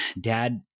Dad